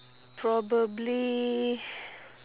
probably